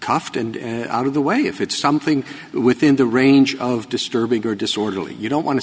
coughed and out of the way if it's something within the range of disturbing or disorderly you don't want to